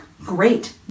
great